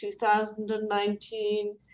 2019